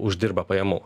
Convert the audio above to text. uždirba pajamų